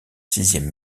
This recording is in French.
sixième